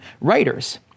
writers